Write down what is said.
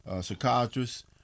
psychiatrist